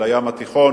של הים התיכון.